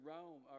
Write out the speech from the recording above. Rome